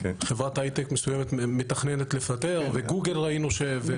חברת הייטק מסוימת מתכננת לפטר וגוגל ראינו.